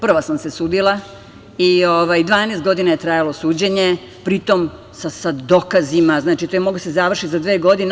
Prva sam se sudila i 12 godina je trajalo suđenje, pritom sa dokazima, znači to je moglo da se završi za dve godine.